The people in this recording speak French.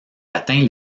atteint